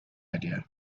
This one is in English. idea